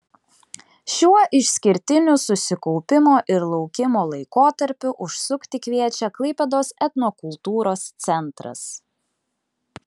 šiuo išskirtiniu susikaupimo ir laukimo laikotarpiu užsukti kviečia klaipėdos etnokultūros centras